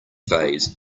phase